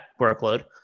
workload